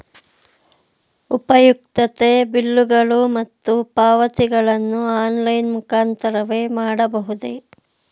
ಉಪಯುಕ್ತತೆ ಬಿಲ್ಲುಗಳು ಮತ್ತು ಪಾವತಿಗಳನ್ನು ಆನ್ಲೈನ್ ಮುಖಾಂತರವೇ ಮಾಡಬಹುದೇ?